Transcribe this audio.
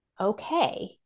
okay